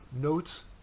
notes